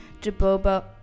Jaboba